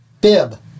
bib